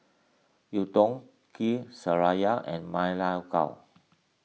Lontong Kuih Syara and Ma Lai Gao